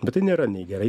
bet tai nėra nei gerai